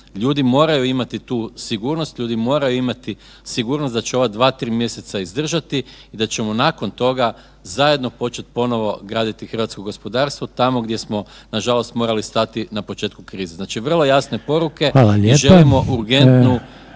Ljudi moraju imati tu sigurnost, ljudi moraju imati sigurnost da će ova 2, 3 mjeseca izdržati i da ćemo nakon toga zajedno početi ponovo graditi hrvatsko gospodarstvo tamo gdje smo nažalost morali stati na početku krize. Znači, vrlo jasne poruke …/Upadica: